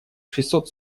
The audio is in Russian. шестьсот